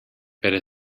better